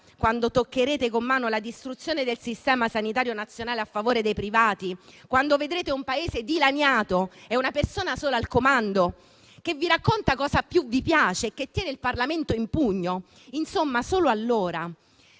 quando toccherete con mano la distruzione del sistema sanitario nazionale a favore dei privati; quando vedrete un Paese dilaniato e una persona sola al comando, che vi racconta cosa più vi piace e che tiene il Parlamento in pugno; insomma, solo allora